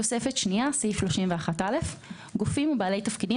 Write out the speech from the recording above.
תוספת שנייה (סעיף 31(א)) גופים ובעלי תפקידים